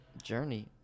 journey